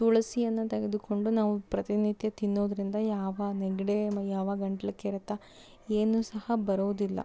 ತುಳಸಿಯನ್ನು ತೆಗೆದುಕೊಂಡು ನಾವು ಪ್ರತಿನಿತ್ಯ ತಿನ್ನೋದರಿಂದ ಯಾವ ನೆಗಡಿ ಯಾವ ಗಂಟ್ಲು ಕೆರೆತ ಏನೂ ಸಹ ಬರೋದಿಲ್ಲ